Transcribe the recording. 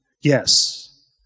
Yes